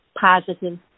positive